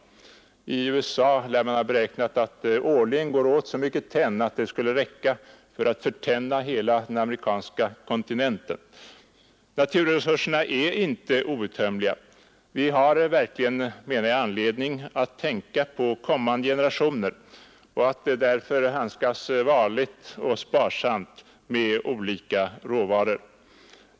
I USA förbrukar man enligt uppgift årligen så mycket tenn att det skulle räcka att förtenna hela den amerikanska kontinenten. Naturresurserna är inte outtömliga. Vi har verkligen anledning att tänka på kommande generationer. Därför bör vi handskas varligt och sparsamt med olika råvaror.